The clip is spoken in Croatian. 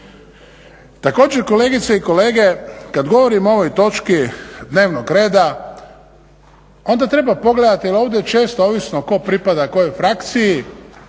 Također kolegice i kolege, kad govorim o ovoj točki dnevnog reda onda treba pogledati, jer ovdje često ovisno tko pripada kojoj frakciji,